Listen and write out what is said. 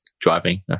driving